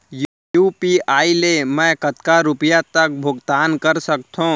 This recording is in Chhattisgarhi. यू.पी.आई ले मैं कतका रुपिया तक भुगतान कर सकथों